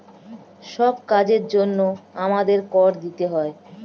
সব কাজের জন্যে আমাদের কর দিতে হয়